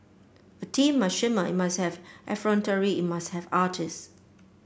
a team must shimmer it must have effrontery it must have artist